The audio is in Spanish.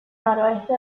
noreste